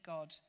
God